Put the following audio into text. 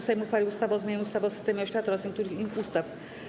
Sejm uchwalił ustawę o zmianie ustawy o systemie oświaty oraz niektórych innych ustaw.